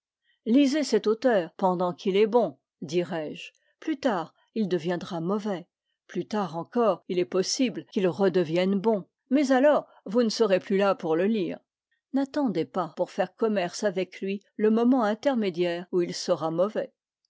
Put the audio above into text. lisez cet auteur pendant qu'il est bon dirai-je plus tard il deviendra mauvais plus tard encore il est possible qu'il redevienne bon mais alors vous ne serez plus là pour le lire n'attendez pas pour faire commerce avec lui le moment intermédiaire où il sera mauvais